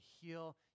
heal